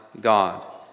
God